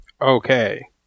Okay